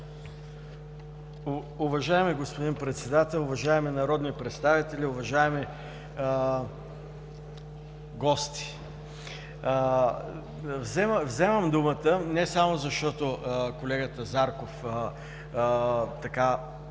Уважаеми господин Председател, уважаеми народни представители, уважаеми гости! Вземам думата не само защото колегата Зарков